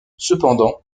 cependant